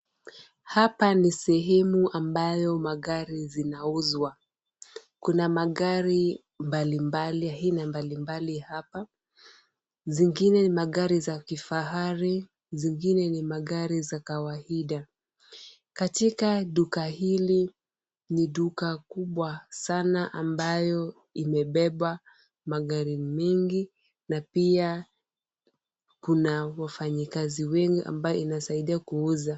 Hapa ni sehemu ambayo magari zinauzwa. Kuna magari aina mbalimbali hapa. Zingine ni magari za kifahari. Zingine ni magari za kawaida. Katika duka hili ni duka kubwa sana ambayo imebeba magari mengi na pia kuna wafanyikazi wengi ambayo inasaidia kuuza.